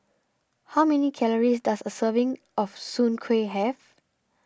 how many calories does a serving of Soon Kueh have